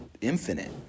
infinite